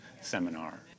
seminar